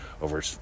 over